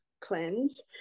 cleanse